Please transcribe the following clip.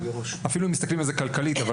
אפילו אם מסתכלים על זה כלכלית,